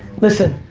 listen,